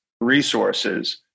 resources